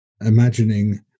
imagining